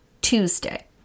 Tuesday